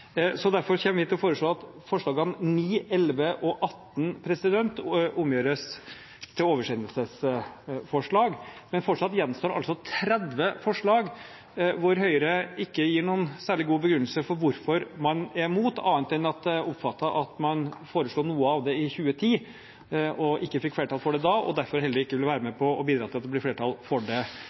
Derfor kommer vi til å foreslå at forslagene 9, 11 og 18 omgjøres til oversendelsesforslag, men fortsatt gjenstår altså 30 forslag, som Høyre ikke gir noen særlig god begrunnelse for hvorfor man er imot, annet enn at jeg oppfattet at man foreslo noe av det i 2010 og ikke fikk flertall for det da, og at man derfor heller ikke vil være med på å bidra til at det blir flertall for det